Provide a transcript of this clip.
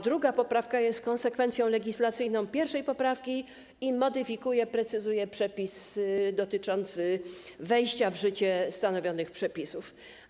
Druga poprawka jest konsekwencją legislacyjną pierwszej poprawki i modyfikuje, precyzuje przepis dotyczący wejścia w życie stanowionych przepisów.